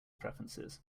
preferences